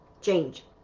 change